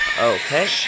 Okay